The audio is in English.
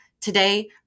Today